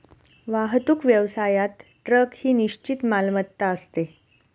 वाहतूक व्यवसायात ट्रक ही निश्चित मालमत्ता असते